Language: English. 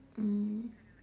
mm